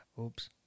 Oops